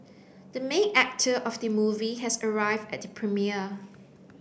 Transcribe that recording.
the main actor of the movie has arrived at the premiere